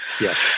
Yes